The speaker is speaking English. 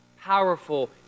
powerful